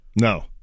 No